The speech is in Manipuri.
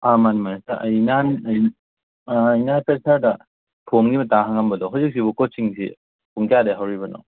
ꯑꯥ ꯃꯥꯅꯦ ꯃꯥꯅꯦ ꯑꯩ ꯅꯍꯥꯟ ꯑꯩ ꯐꯣꯔꯝꯒꯤ ꯃꯇꯥꯡ ꯍꯪꯉꯝꯕꯗꯣ ꯍꯧꯖꯤꯛꯁꯤꯕꯨ ꯀꯣꯆꯤꯡꯁꯤ ꯄꯨꯡ ꯀꯌꯥꯗꯩ ꯍꯧꯔꯤꯕꯅꯣ